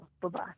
Bye-bye